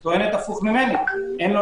כי קופת החולים טוענת הפוך ממנו - אין לו